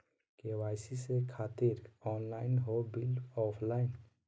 KYC से खातिर online हो बिल ऑफलाइन?